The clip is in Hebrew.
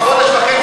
אז סתם.